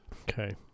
Okay